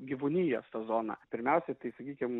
gyvūnijos ta zona pirmiausia tai sakykim